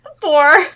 Four